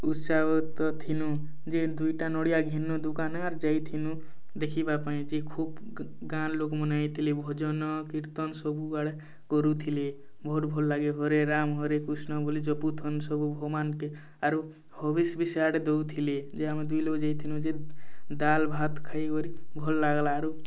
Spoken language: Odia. ଉତ୍ସାହତ ଥିନୁ ଯେ ଦୁଇଟା ନଡ଼ିଆ ଘିନ୍ନୁ ଦୁକାନେ ଆର୍ ଯାଇଥିନୁ ଦେଖିବା ପାଇଁ ଯେ ଖୁବ୍ ଗାଁର ଲୋକମାନେ ଆଇଥିଲେ ଭଜନ କୀର୍ତ୍ତନ୍ ସବୁବେଳେ କରୁଥିଲେ ଭୋଉତ୍ ଭଲ ଲାଗେ ହରେ ରାମ ହରେ କୃଷ୍ଣ ବୋଲି ଜପୁଥୁନୁ ସବୁ ଭଗବାନ୍କେ ଆରୁ ହବିଷ୍ ବି ସିଆଡ଼େ ଦଉଥିଲେ ଯେ ଆମେ ଦୁଇ ଲୋଗ୍ ଯାଇଥିନୁ ଯେ ଦାଲ୍ ଭାତ୍ ଖାଇକରି ଭଲ୍ ଲାଗିଲା ଆରୁ